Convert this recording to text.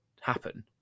happen